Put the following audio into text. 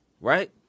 right